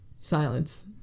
Silence